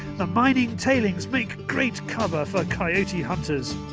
the mining tailings make great cover for coyote hunters.